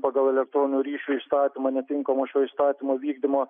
pagal elektroninio ryšio įstatymą netinkamą šio įstatymo vykdymą